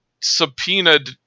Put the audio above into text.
subpoenaed